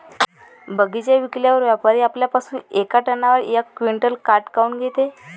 बगीचा विकल्यावर व्यापारी आपल्या पासुन येका टनावर यक क्विंटल काट काऊन घेते?